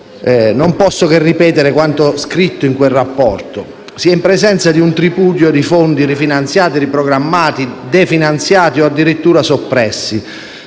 non posso che ripetere quanto scritto in quel rapporto. Si è in presenza di un tripudio di fondi rifinanziati, riprogrammati, definanziati o addirittura soppressi.